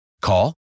Call